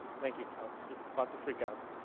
thank you. i was just about to freak out.